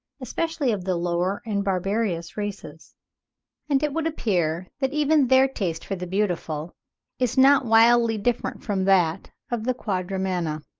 especially of the lower and barbarous races and it would appear that even their taste for the beautiful is not widely different from that of the quadrumana.